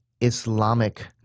Islamic